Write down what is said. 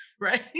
right